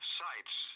sites